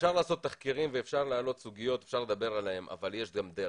אפשר לעשות תחקירים ואפשר להעלות סוגיות ולדבר עליהן אבל יש גם דרך.